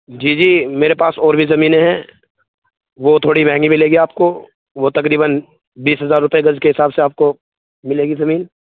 جی جی میرے پاس اور بھی زمینیں ہیں وہ تھوڑی مہنگی ملیں گی آپ کو وہ تقریباً بیس ہزار روپے گز کے حساب سے آپ کو ملے گی زمین